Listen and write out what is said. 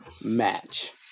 match